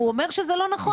והוא אומר שזה לא נכון.